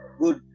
good